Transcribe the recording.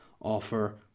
offer